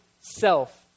self